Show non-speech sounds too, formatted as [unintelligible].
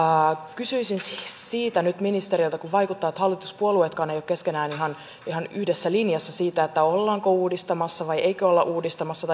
kysyisin siitä nyt ministereiltä kun vaikuttaa että hallituspuolueetkaan eivät ole keskenään ihan yhdessä linjassa siitä ollaanko uudistamassa vai eikö olla uudistamassa [unintelligible]